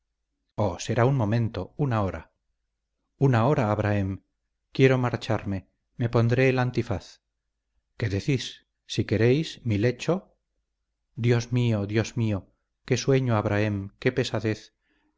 oh será un momento una hora una hora abrahem quiero marcharme me pondré el antifaz qué decís si queréis mi lecho dios mío dios mío qué sueño abrahem qué pesadez